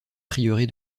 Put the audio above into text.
prieuré